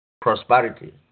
Prosperity